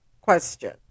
Question